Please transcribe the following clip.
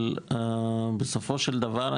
אבל בסופו של דבר,